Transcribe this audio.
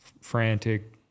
frantic